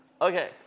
Okay